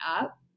up